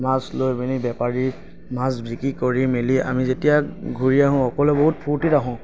মাছ লৈ পেনি বেপাৰীক মাছ বিক্ৰী কৰি মেলি আমি যেতিয়া ঘূৰি আহোঁ সকলোৱে বহুত ফুৰ্তিত আহোঁ